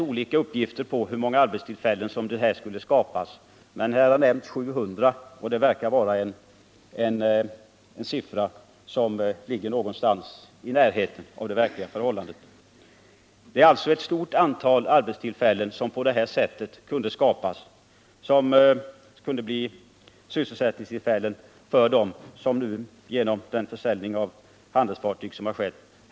Olika uppgifter om hur många arbetstillfällen som skulle kunna skapas har nämnts. Siffran 700 verkar ligga i närheten av det verkliga förhållandet. Det är alltså ett stort antal arbetstillfällen som skulle kunna skapas på detta sätt — nya sysselsättningstillfällen för dem som friställts genom den försäljning av handelsfartyg som skett.